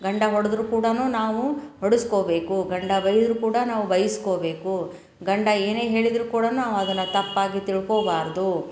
ಗಂಡ ಹೊಡೆದ್ರೂ ಕೂಡಾ ನಾವು ಹೊಡೆಸ್ಕೋಬೇಕು ಗಂಡ ಬೈದರೂ ಕೂಡ ನಾವು ಬೈಸ್ಕೋಬೇಕು ಗಂಡ ಏನೇ ಹೇಳಿದರೂ ಕೂಡಾ ನಾವು ಅದನ್ನು ತಪ್ಪಾಗಿ ತಿಳ್ಕೋಬಾರದು